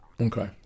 Okay